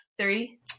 three